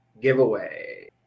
giveaway